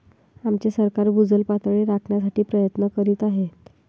आमचे सरकार भूजल पातळी राखण्याचा प्रयत्न करीत आहे